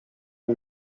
del